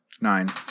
Nine